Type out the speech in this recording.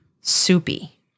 soupy